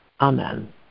Amen